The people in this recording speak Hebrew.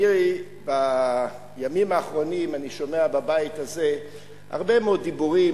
אני בימים האחרונים שומע בבית הזה הרבה מאוד דיבורים,